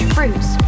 Fruits